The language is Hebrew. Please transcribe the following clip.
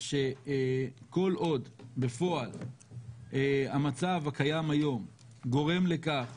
שכל עוד בפועל המצב הקיים היום גורם לכך